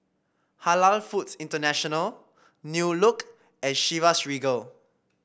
Halal Foods International New Look and Chivas Regal